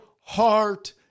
heart